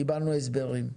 קיבלנו הסברים.